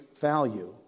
value